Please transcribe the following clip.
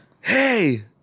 Hey